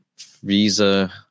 visa